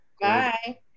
Bye